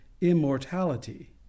immortality